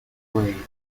play